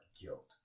guilt